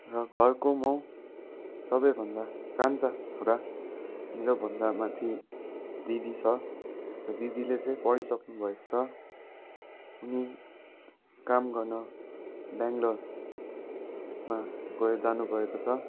र घरको म सबैभन्दा कान्छा छोरा मेरोभन्दा माथि दिदी छ र दिदीले चाहिँ पढिसक्नुभएको छ उनी काम गर्न बेङ्लोरमा गए जानुभएको छ